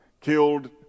killed